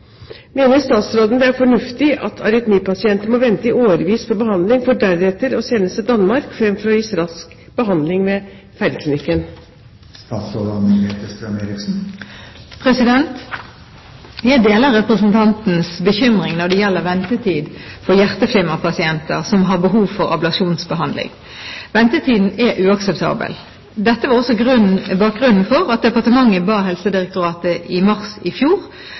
Mener statsråden det er fornuftig at arytmipasienter må vente i årevis på behandling for deretter å sendes til Danmark, fremfor at de gis rask behandling ved Feiringklinikken?» Jeg deler representantens bekymring når det gjelder ventetid for hjerteflimmerpasienter som har behov for ablasjonsbehandling. Ventetiden er uakseptabel. Dette var også bakgrunnen for at departementet ba Helsedirektoratet i mars i fjor